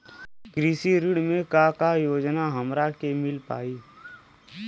कृषि ऋण मे का का योजना हमरा के मिल पाई?